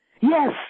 Yes